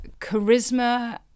charisma